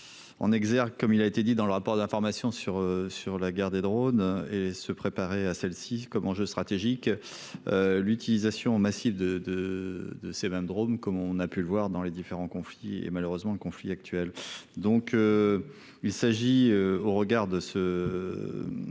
En exergue, comme il a été dit dans le rapport d'information sur, sur la guerre des drone et se préparer à celle-ci comme enjeu stratégique. L'utilisation massive de de de ses 20 Drôme comme on a pu le voir dans les différents conflits et malheureusement le conflit actuel donc. Il s'agit au regard de ce.